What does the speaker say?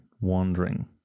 wandering